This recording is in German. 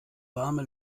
warme